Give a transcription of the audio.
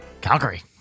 Calgary